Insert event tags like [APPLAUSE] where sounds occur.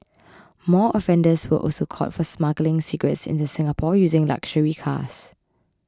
[NOISE] more offenders were also caught for smuggling cigarettes into Singapore using luxury cars